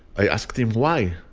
i asked him why.